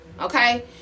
Okay